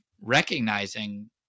recognizing